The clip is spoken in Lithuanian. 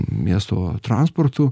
miesto transportu